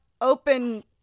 open